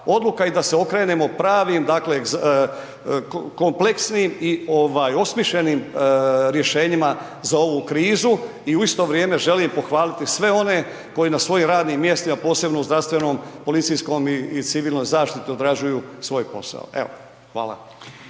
i da se okrenemo pravim kompleksnim i osmišljenim rješenjima za ovu krizu. I u isto vrijeme želim pohvaliti sve one koji na svojim radnim mjestima, posebno u zdravstvenom, policijskom i civilnoj zaštiti odrađuju svoj posao. Evo. Hvala.